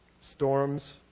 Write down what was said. storms